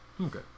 Okay